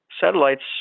satellites